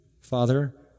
Father